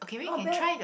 not bad